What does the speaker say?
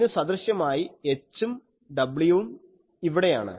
അതിനു സദൃശ്യമായി h ഉം w ഉം ഇവിടെയാണ്